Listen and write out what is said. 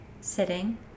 sitting